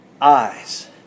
eyes